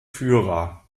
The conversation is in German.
führer